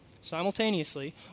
Simultaneously